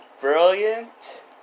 brilliant